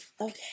Okay